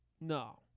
No